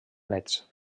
néts